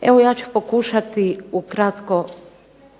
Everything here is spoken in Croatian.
Evo ja ću pokušati ukratko